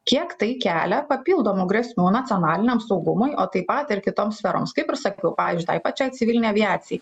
kiek tai kelia papildomų grėsmių nacionaliniam saugumui o taip pat ir kitoms sferoms kaip ir sakiau pavyzdžiui tai pačiai civilinei aviacijai